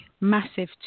massive